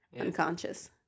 unconscious